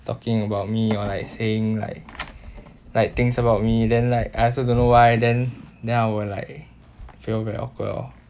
talking about me or like saying like like things about me then like I also don't know why then then I will like feel very awkward orh